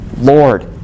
Lord